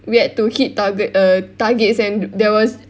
we had to hit target err targets and th~ there was